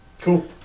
Cool